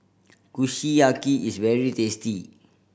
kushiyaki is very tasty